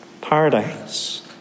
Paradise